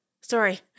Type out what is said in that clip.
Sorry